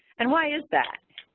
and why is that?